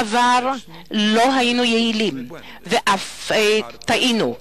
בעבר לא היינו יעילים ואף טעינו.